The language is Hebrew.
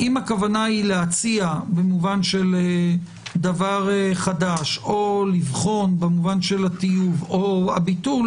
האם הכוונה היא להציע במובן של דבר חדש או לבחון במובן הטיוב או הביטול